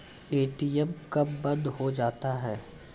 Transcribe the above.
ATM कब बंद हो जाता हैं?